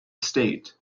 state